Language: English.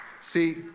See